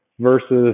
versus